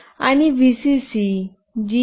आणि व्हीसीसी जी